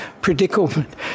predicament